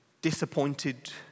disappointed